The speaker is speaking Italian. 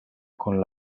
con